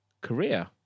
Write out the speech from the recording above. career